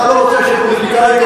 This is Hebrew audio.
אתה לוקח פוליטיקאים,